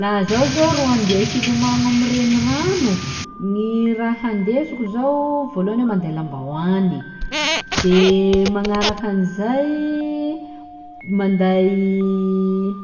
Laha zaho zô ro handeha hilomagno amin'ny renirano, gny raha ndesiko zao: vôlohany aho manday lambahoany, de magnarakan'izay manday